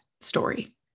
story